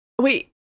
Wait